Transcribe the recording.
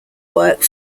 work